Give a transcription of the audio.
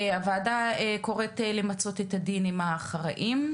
הוועדה קוראת למצות את הדין עם האחראים.